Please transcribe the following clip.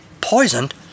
Poisoned